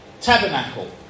tabernacle